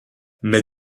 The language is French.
mais